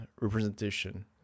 representation